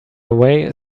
away